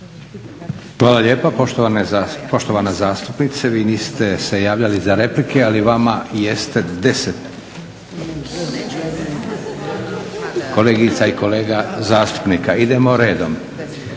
Hvala lijepo, poštovana zastupnice. Vi niste se javljali za replike ali vama jeste 10 kolegica i kolega zastupnika. Idemo redom.